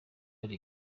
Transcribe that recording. hari